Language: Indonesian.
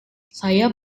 saya